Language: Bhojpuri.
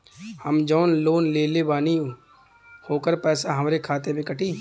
हम जवन लोन लेले बानी होकर पैसा हमरे खाते से कटी?